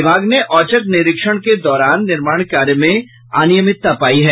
विभाग ने औचक निरीक्षण के दौरान निर्माण कार्य में अनियमितता पायी है